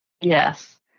Yes